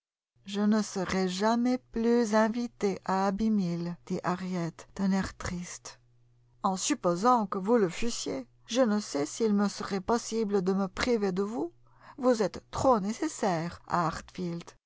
je ne serai jamais plus invitée à abbey mill dit harriet d'un air triste en supposant que vous le fussiez je ne sais s'il me serait possible de me priver de vous vous êtes trop nécessaire à